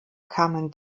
kamen